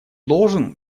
должен